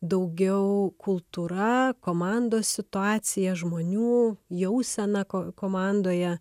daugiau kultūra komandos situacija žmonių jausena ko komandoje